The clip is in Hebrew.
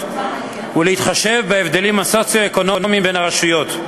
ולהתחשב בהבדלים הסוציו-אקונומיים בין הרשויות.